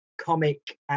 comic